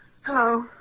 Hello